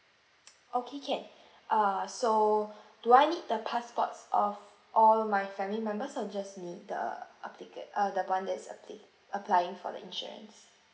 okay can err so do I need the passports of all my family members or just need the applicant uh the [one] that's appl~ applying for the insurance